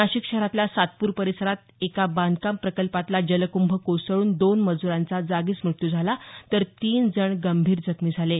नाशिक शहरातल्या सातपूर परिसरात एका बांधकाम प्रकल्पातला जलकृंभ कोसळून दोन मजुरांचा जागीच मृत्यू झाला तर तीन जण गंभीर जखमी झाले आहेत